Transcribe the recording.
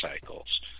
cycles